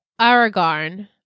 aragorn